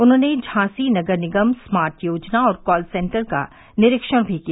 उन्होंने झांसी नगर निगम स्मार्ट योजना और कॉल सेन्टर का निरीक्षण मी किया